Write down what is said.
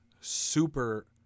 super